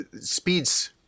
Speed's